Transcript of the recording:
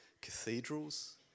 cathedrals